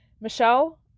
Michelle